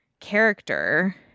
character